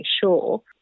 sure